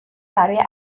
برای